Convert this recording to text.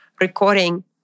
recording